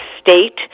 state